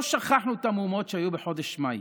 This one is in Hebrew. לא שכחנו את המהומות שהיו בחודש מאי